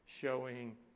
showing